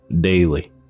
daily